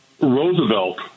Roosevelt